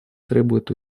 требует